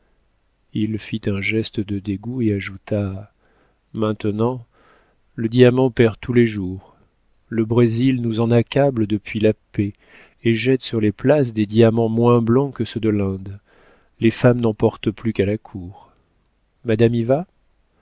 il fit un geste de dégoût et ajouta maintenant le diamant perd tous les jours le brésil nous en accable depuis la paix et jette sur les places des diamants moins blancs que ceux de l'inde les femmes n'en portent plus qu'à la cour madame y va